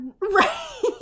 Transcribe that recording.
Right